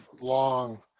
long